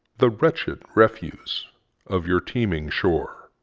the wretched refuse of your teeming shore.